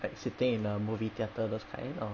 like sitting in a movie theater those kind or